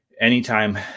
Anytime